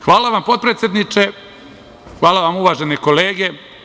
Hvala vam potpredsedniče, hvala vam uvažene kolege.